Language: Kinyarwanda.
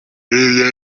n’ibyo